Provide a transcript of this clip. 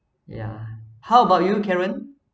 yeah how about you karen